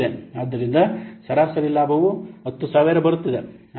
ಆದ್ದರಿಂದ ಸರಾಸರಿ ಲಾಭ 10000 ಬರುತ್ತಿದೆ